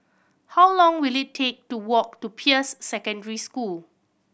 how long will it take to walk to Peirce Secondary School